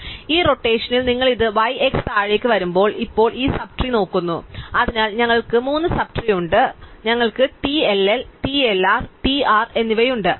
അതിനാൽ ഈ റോറ്റഷനിൽ നിങ്ങൾ ഇത് y x താഴേക്ക് വരുമ്പോൾ ഇപ്പോൾ ഞങ്ങൾ ഈ സബ് ട്രീ നോക്കുന്നു അതിനാൽ ഞങ്ങൾക്ക് 3 സബ് ട്രീ ഉണ്ട് ഞങ്ങൾക്ക് TLL TLR TR എന്നിവയുണ്ട്